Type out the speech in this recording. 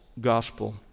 gospel